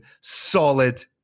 Solid